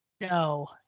No